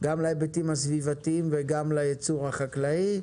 גם להיבטים הסביבתיים וגם לייצור החקלאי.